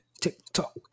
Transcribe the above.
TikTok